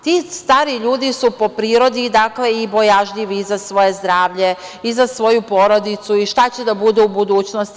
Ti stari ljudi su po prirodi i bojažljivi za svoje zdravlje, za svoju porodicu i šta će da bude u budućnosti.